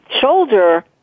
shoulder